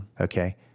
Okay